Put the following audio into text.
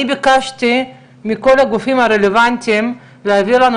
אני ביקשתי מכל הגופים הרלוונטיים להעביר לנו